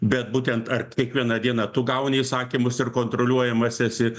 bet būtent ar kiekvieną dieną tu gauni įsakymus ir kontroliuojamas esi